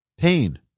pain